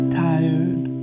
tired